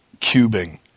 cubing